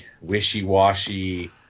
wishy-washy